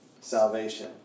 salvation